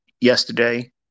Yesterday